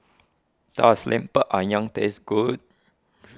does Lemper Ayam taste good